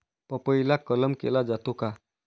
पपईला कलम केला जातो का?